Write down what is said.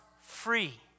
free